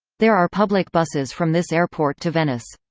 there are public buses from this airport to venice.